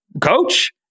coach